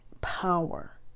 power